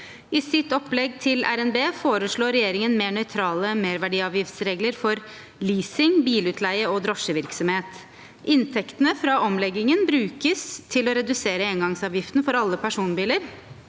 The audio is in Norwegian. nasjonalbudsjett foreslår regjeringen mer nøytrale merverdiavgiftsregler for leasing, bilutleie og drosjevirksomhet. Inntektene fra omleggingen brukes til å redusere engangsavgiften for alle personbiler